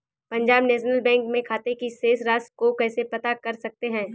Punjab national bank में खाते की शेष राशि को कैसे पता कर सकते हैं?